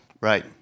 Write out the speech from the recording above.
right